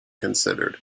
considered